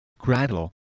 Gradle